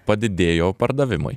padidėjo pardavimai